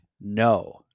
No